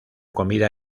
comida